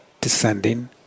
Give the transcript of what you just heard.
descending